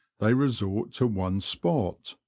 they resort to one spot,